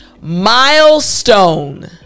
milestone